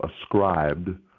ascribed